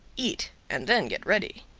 eat, and then get ready.